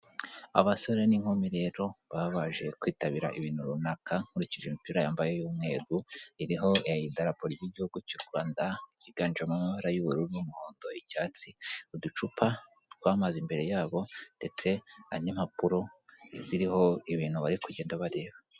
Abasore n'inkumi rero baba baje kwitabira ibintu runaka; nkurikije imipira yambaye y'umweru iriho idarapo ry'igihugu cy'u Rwanda, ryiganjemo mbara y'ubururu n'umuhondo, icyatsi. Uducupa tw'amazi imbere yabo ndetse n'impapuro ziriho ibintu bari kugenda bareba.